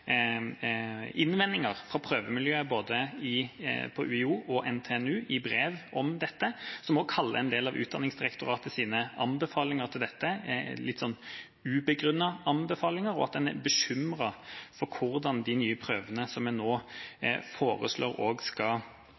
innvendinger fra prøvemiljøet, både UiO og NTNU, i brev om dette. Man kaller en del av Utdanningsdirektoratets anbefalinger til dette for litt ubegrunnede anbefalinger, og man er bekymret for hvordan de nye prøvene som man nå foreslår,